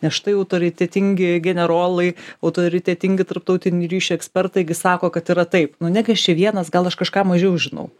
nes štai autoritetingi generolai autoritetingi tarptautinių ryšių ekspertai gi sako kad yra taip nu negi aš čia vienas gal aš kažką mažiau žinau